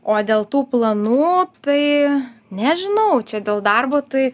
o dėl tų planų tai nežinau čia dėl darbo tai